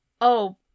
oh-